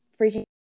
freaking